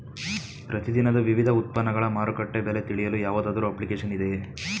ಪ್ರತಿ ದಿನದ ವಿವಿಧ ಉತ್ಪನ್ನಗಳ ಮಾರುಕಟ್ಟೆ ಬೆಲೆ ತಿಳಿಯಲು ಯಾವುದಾದರು ಅಪ್ಲಿಕೇಶನ್ ಇದೆಯೇ?